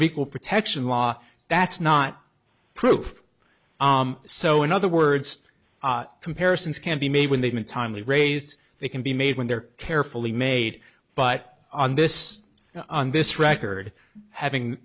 of equal protection law that's not proof so in other words comparisons can be made when they've been timely raised they can be made when they're carefully made but on this on this record having